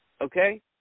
okay